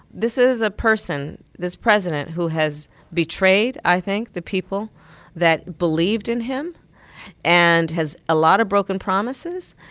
this is a person, this president, who has betrayed, i think, the people that believed in him and has a lot of broken promises.